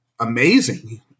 amazing